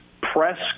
press